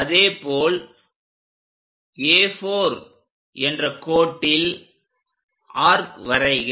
அதேபோல் A4 என்ற கோட்டில் ஆர்க் வரைக